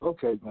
Okay